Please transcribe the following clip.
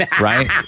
right